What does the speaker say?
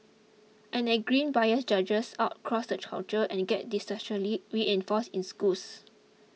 and that grim bias judges out cross the culture and gets disastrously reinforced in schools